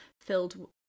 filled